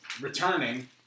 returning